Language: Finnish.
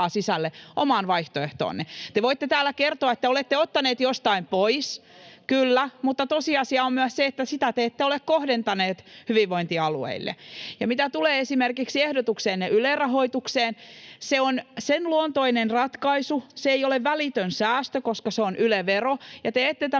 Arja Juvosen välihuudot] Te voitte täällä kertoa, että olette ottaneet jostain pois, kyllä, mutta tosiasia on myös se, että sitä te ette ole kohdentaneet hyvinvointialueille. Mitä tulee esimerkiksi ehdotukseenne Yle-rahoituksesta, se on sen luontoinen ratkaisu, että se ei ole välitön säästö, koska se on Yle-vero, ja te ette tämän